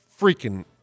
freaking